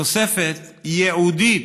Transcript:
תוספת ייעודית,